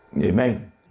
Amen